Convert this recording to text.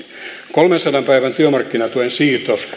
kolmensadan päivän työmarkkinatuen siirto